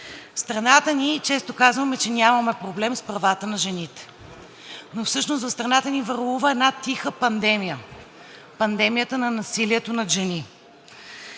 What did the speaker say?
В страната ни често казваме, че нямаме проблем с правата на жените, но всъщност в страната ни върлува една тиха пандемия – пандемията на насилието над жени.